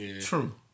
True